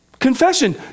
Confession